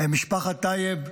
משפחת טייב,